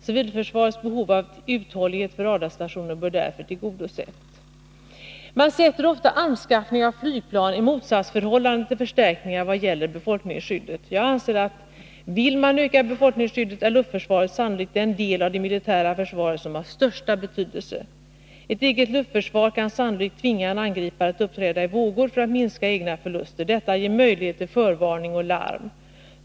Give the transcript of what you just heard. Civilförsvarets behov av uthållighet när det gäller radarstationer bör därför tillgodoses. Man sätter ofta anskaffning av flygplan i motsatsförhållande till förstärkningar vad gäller befolkningsskyddet. Jag anser att om man vill öka befolkningsskyddet är luftförsvaret sannolikt den del av det militära försvaret som har största betydelsen. Ett eget luftförsvar kan sannolikt tvinga en angripare att uppträda i ”vågor” för att minska egna förluster. Detta ger möjligheter till förvarning och larm.